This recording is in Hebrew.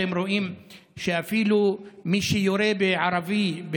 אתם רואים שאפילו מי שיורה בערבי,